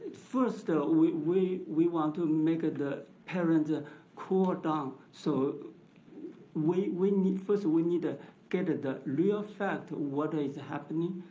first ah we we want to make ah the parent ah cool down so we we need, first we need to get at the real fact what is happening,